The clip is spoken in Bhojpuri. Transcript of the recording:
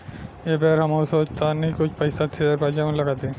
एह बेर हमहू सोचऽ तानी की कुछ पइसा शेयर बाजार में लगा दी